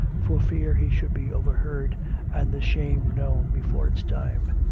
for fear he should be overheard and the shame known before its time.